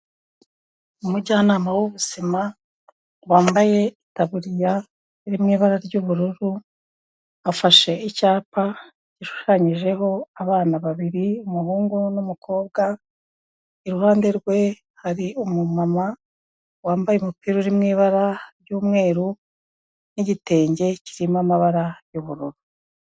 Umujyanama w'ubuzima wambaye itaburiya iri mu ibara ry'ubururu, afashe icyapa gishushanyijeho abana babiri umuhungu n'umukobwa, iruhande rwe hari umumama wambaye umupira uri mu ibara ry'umweru n'igitenge kirimo amabara y'ubururu.